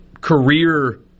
career